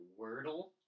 Wordle